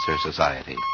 Society